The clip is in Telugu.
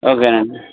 ఓకేనండి